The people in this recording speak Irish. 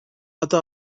fhada